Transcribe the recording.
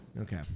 Okay